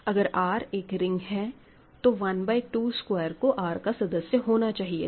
अगर R एक ring है तो 1 बाय 2 स्क्वायर को R का सदस्य होना चाहिए था